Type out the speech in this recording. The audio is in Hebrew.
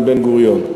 עם בן-גוריון.